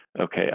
okay